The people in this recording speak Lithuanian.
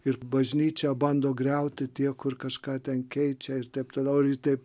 ir bažnyčia bando griauti tie kur kažką ten keičia ir taip toliau ir taip